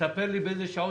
בדרום 6.5%,